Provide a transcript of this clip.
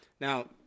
Now